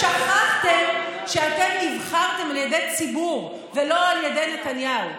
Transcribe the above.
אתם שכחתם שאתם נבחרתם על ידי ציבור ולא על ידי נתניהו,